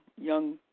young